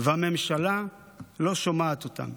והממשלה לא שומעת אותם.